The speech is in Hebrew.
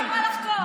מאי,